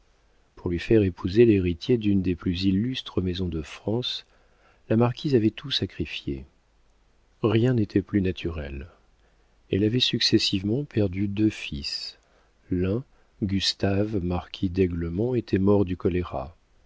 pour lui faire épouser l'héritier d'une des plus illustres maisons de france la marquise avait tout sacrifié rien n'était plus naturel elle avait successivement perdu deux fils l'un gustave marquis d'aiglemont était mort du choléra